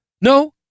No